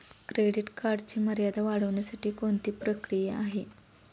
Credit कार्डची मर्यादा वाढवण्यासाठी कोणती प्रक्रिया आहे?